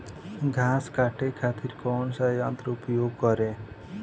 घास काटे खातिर कौन सा यंत्र का उपयोग करें?